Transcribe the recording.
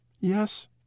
Yes